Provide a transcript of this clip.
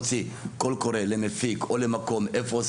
קול קורא למפיק או למקום איפה עושים,